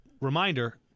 reminder